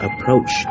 approach